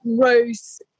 gross